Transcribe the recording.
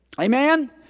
Amen